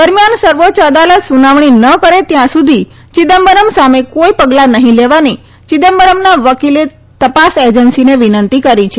દરમિયાન સર્વોચ્ય અદાલત સુનાવણી ન કરે ત્યાં સુધી ચિદમ્બરમ સામે કોઈ પગલાં નહીં લેવાની ચિદમ્બરમના વકીલે તપાસ એજન્સીને વિનંતી કરી છે